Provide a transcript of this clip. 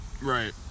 Right